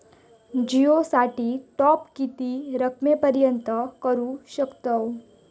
जिओ साठी टॉप किती रकमेपर्यंत करू शकतव?